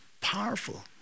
powerful